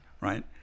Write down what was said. Right